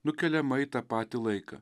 nukeliama į tą patį laiką